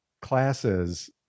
classes